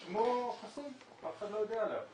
שמו חסוי, אף אחד לא יודע עליו.